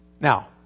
Now